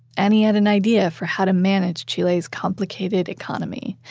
and he had an idea for how to manage chile's complicated economy.